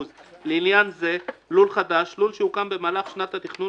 לעניין זה "לול חדש" - לול שהוקם במהלך שנת התכנון